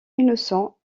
innocent